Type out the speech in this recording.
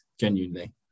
genuinely